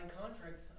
contracts